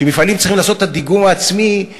שמפעלים צריכים לעשות את הדיגום העצמי,